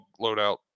loadout